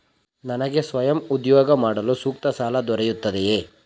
ನನಗೆ ಸ್ವಯಂ ಉದ್ಯೋಗ ಮಾಡಲು ಸೂಕ್ತ ಸಾಲ ದೊರೆಯುತ್ತದೆಯೇ?